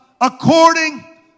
according